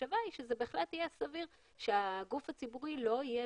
המחשבה היא שזה בהחלט יהיה סביר שהגוף הציבורי לא יהיה